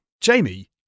Jamie